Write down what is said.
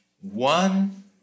one